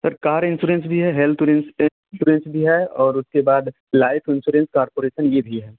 sir car insurance भी है health insurance भी है और उसके बाद लाइफ इंसोरेंस कार्पोरेसन ये भी है